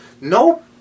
no